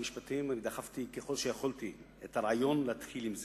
המשפטים דחפתי ככל שיכולתי את הרעיון להתחיל עם זה.